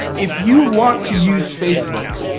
if you want to use facebook,